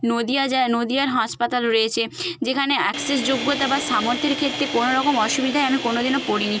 নদিয়া যায় নদিয়ার হাসপাতাল রয়েছে যেখানে অ্যাকসেস যোগ্যতা বা সামর্থ্যের ক্ষেত্রে কোনো রকম অসুবিধায় আমি কোনো দিনও পড়িনি